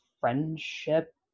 friendship